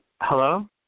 Hello